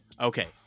okay